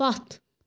پتھ